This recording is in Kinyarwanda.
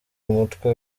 umutwe